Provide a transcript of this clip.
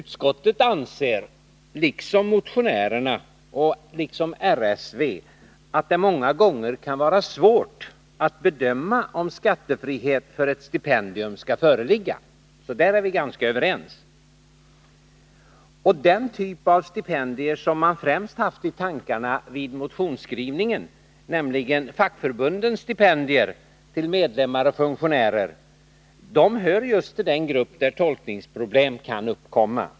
Utskottet anser liksom riksskatteverket och motionärerna att det ofta kan vara svårt att bedöma om skattefrihet för ett stipendium skall föreligga. Här är vi alltså ganska överens. Den typ av stipendier som man främst haft i tankarna vid motionsskrivningen, nämligen fackförbundens stipendier till medlemmar och funktionärer, hör just till den grupp där tolkningsproblem kan uppkomma.